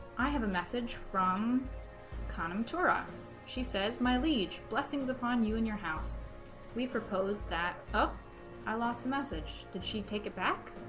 i have a message from economy torah she says my liege blessings upon you in your house we proposed that up i lost the message did she take it back